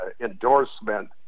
endorsement